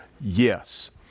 Yes